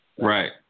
Right